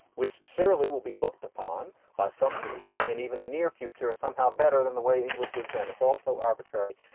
which surely will be looked upon by some people in even the near future as somehow better than the way english is? then it's also arbitrary.